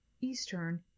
eastern